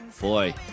boy